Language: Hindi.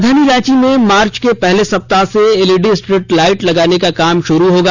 राजधानी रांची में मार्च के पहले सप्ताह से एलईडी स्ट्रीट लाइट लगाने का काम शुरू होगा